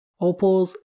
opals